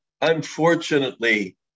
unfortunately